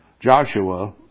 Joshua